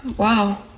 wow!